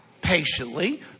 Patiently